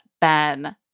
Ben